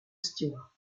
stewart